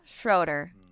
Schroeder